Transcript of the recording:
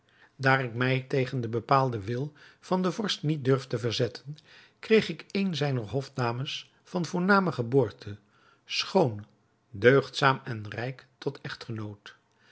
daar ik mij tegen den bepaalden wil van den vorst niet durfde verzetten kreeg ik eene zijner hofdames van voorname geboorte schoon deugdzaam en rijk tot echtgenoot